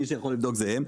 מי שיכול לבדוק זה הם.